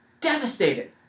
Devastated